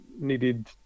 needed